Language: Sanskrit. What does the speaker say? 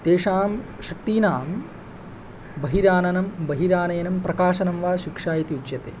तेषां शक्तीनां बहिराननं बहिरानयनं प्रकाशनं वा शिक्षा इति उच्यते